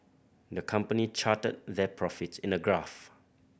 the company charted their profits in a graph